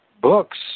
books